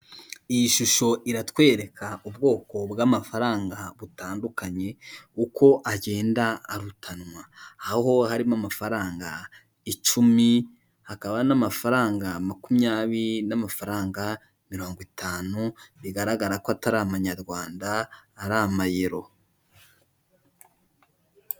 Iyi shusho iratwereka ubwoko bw'amafaranga butandukanye uko agenda arutanwa, aho harimo amafaranga icumi, hakaba n'amafaranga makumyabiri, n'amafaranga mirongo itanu bigaragara ko atari amanyarwanda ari amayero.